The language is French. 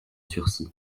sursis